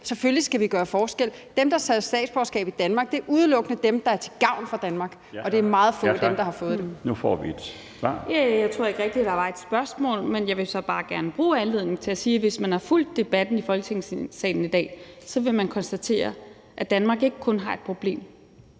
Selvfølgelig skal vi gøre forskel. Dem, der skal have statsborgerskab i Danmark, er udelukkende dem, der er til gavn for Danmark, og det gælder for meget få af dem, der har fået det. Kl. 12:25 Den fg. formand (Bjarne Laustsen): Tak. Nu får vi et svar. Kl. 12:25 Zenia Stampe (RV): Jeg tror ikke rigtig, at der var et spørgsmål, men jeg vil så bare gerne bruge anledningen til at sige, at hvis man har fulgt debatten i Folketingssalen i dag, så vil man konstatere, at Danmark ikke kun har et problem